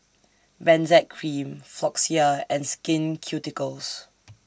Benzac Cream Floxia and Skin Ceuticals